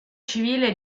civile